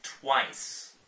twice